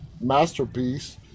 masterpiece